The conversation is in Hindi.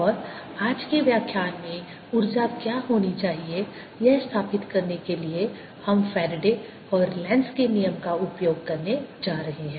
Energy120E2 और आज के व्याख्यान में ऊर्जा क्या होनी चाहिए यह स्थापित करने के लिए हम फैराडे Faraday's और लेंज़ Lenz's के नियम का उपयोग करने जा रहे हैं